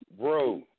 bro